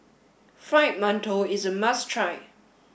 Fried Mantou is a must try